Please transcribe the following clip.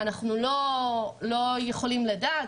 אנחנו לא יכולים לדעת,